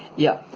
yeah,